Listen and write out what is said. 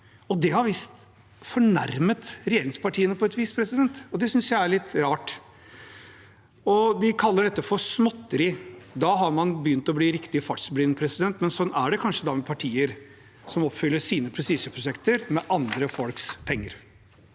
det har visst fornærmet regjeringspartiene på et vis. Det synes jeg er litt rart. De kaller dette for småtteri. Da har man begynt å bli riktig fartsblind, men sånn er det kanskje med partier som oppfyller sine prestisjeprosjekter med andre folks penger.